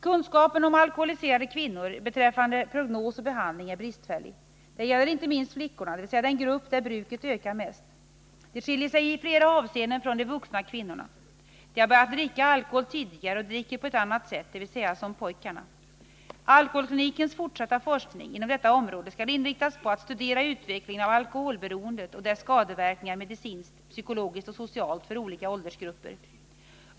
Kunskapen om alkoholiserade kvinnor beträffande prognos och behandling är bristfällig. Det gäller inte minst flickorna, dvs. den grupp där bruket ökar mest. De skiljer sig i flera avseenden från de vuxna kvinnorna. De har börjat dricka alkohol tidigare och dricker på ett annat sätt, dvs. som pojkarna. Alkoholklinikens fortsatta forskning inom detta område skall inriktas på att studera utvecklingen av alkoholberoende och dess skadeverkningar medicinskt, psykologiskt och socialt för olika åldersgrupper.